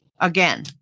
Again